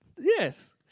Yes